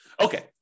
Okay